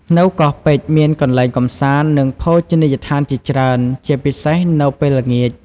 នៅកោះពេជ្រ មានកន្លែងកម្សាន្ត និងភោជនីយដ្ឋានជាច្រើន ជាពិសេសនៅពេលល្ងាច។